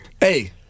Hey